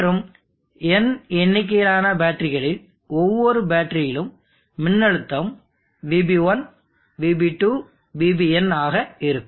மற்றும் n எண்ணிக்கையிலான பேட்டரிகளில் ஒவ்வொரு பேட்டரியிலும் மின்னழுத்தம் VB1 VB2 VBn ஆக இருக்கும்